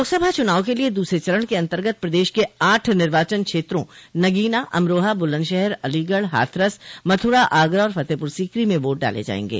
लोकसभा चुनाव के लिये दूसरे चरण के अंतर्गत प्रदेश के आठ निर्वाचन क्षेत्रों नगीना अमरोहा बुलंदशहर अलीगढ़ हाथरस मथुरा आगरा और फतेहपुर सीकरी में वोट डाले जायेंगे